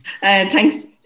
Thanks